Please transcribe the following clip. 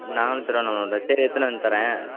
நாங்களும் திருவண்ணாமலை தான் சரி எடுத்துன்னு வந்து தரேன்